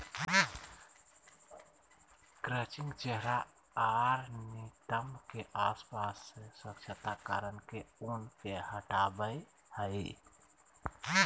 crutching चेहरा आर नितंब के आसपास से स्वच्छता कारण से ऊन के हटावय हइ